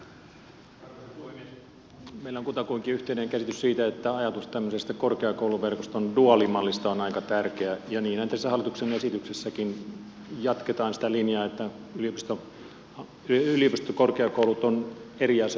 meillä on kutakuinkin yhteinen käsitys siitä että ajatus tämmöisestä korkeakouluverkoston duaalimallista on aika tärkeä ja niinhän tässä hallituksen esityksessäkin jatketaan sitä linjaa että yliopistokorkeakoulut ovat eri asia kuin ammattikorkeakoulut